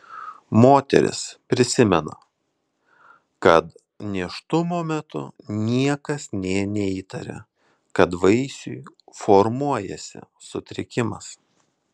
moteris prisimena kad nėštumo metu niekas nė neįtarė kad vaisiui formuojasi sutrikimas